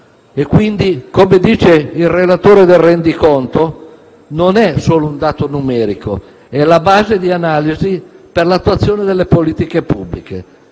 Quindi, come dice il relatore del rendiconto, non è solo un dato numerico: è la base di analisi per l'attuazione delle politiche pubbliche.